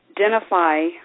identify